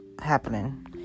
happening